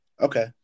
Okay